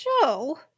show